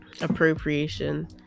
Appropriation